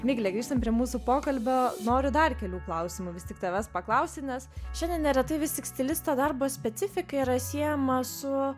migle grįžtam prie mūsų pokalbio noriu dar kelių klausimų vis tik tavęs paklausti nes šiandien neretai vis tik stilisto darbo specifika yra siejama su